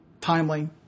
timely